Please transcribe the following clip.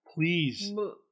please